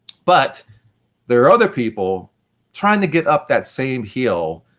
but there are other people trying to get up that same hill,